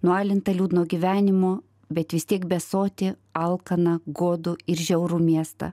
nualintą liūdno gyvenimo bet vis tiek besotį alkaną godų ir žiaurų miestą